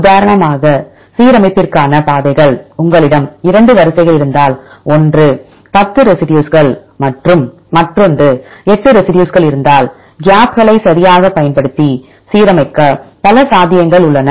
உதாரணமாக சீரமைப்பிற்கான பாதைகள் உங்களிடம் 2 வரிசைகள் இருந்தால் ஒன்று 10 ரெசி டியூஸ்க்கள் மற்றும் மற்றொன்று எட்டு ரெசி டியூஸ்க்கள் இருந்தால் கேப்களைச் சரியாகப் பயன்படுத்தி சீரமைக்க பல சாத்தியங்கள் உள்ளன